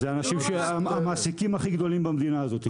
את המעסיקים הכי גדולים במדינה הזאת.